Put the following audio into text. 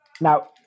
Now